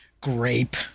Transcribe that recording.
Grape